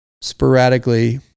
sporadically